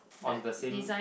on the same